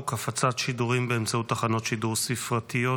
הפצת שידורים באמצעות תחנות שידור ספרתיות